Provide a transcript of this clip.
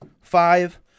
five